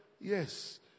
yes